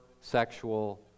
sexual